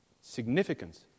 significance